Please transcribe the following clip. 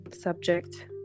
subject